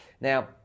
Now